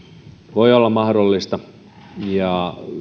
voi olla mahdollinen ja